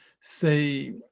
say